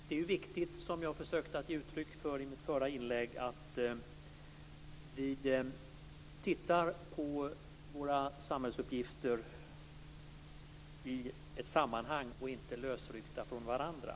Fru talman! I mitt förra inlägg försökte jag ge uttryck för att det är viktigt att vi tittar på våra samhällsuppgifter i ett sammanhang och inte lösryckta från varandra.